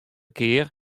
kear